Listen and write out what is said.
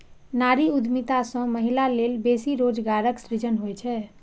नारी उद्यमिता सं महिला लेल बेसी रोजगारक सृजन होइ छै